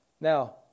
Now